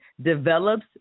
develops